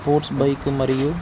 sports bike మరియు